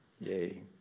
Yay